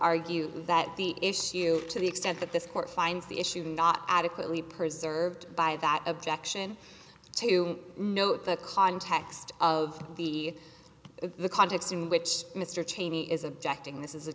argue that the issue to the extent that this court finds the issue not adequately preserved by that objection to note the context of the the context in which mr cheney is objecting this is a